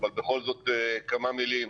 אבל בכל זאת כמה מילים.